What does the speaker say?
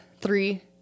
Three